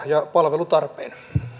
ja palvelu tarpeen